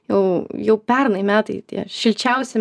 jau jau pernai metai tie šilčiausi